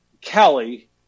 Kelly